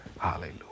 Hallelujah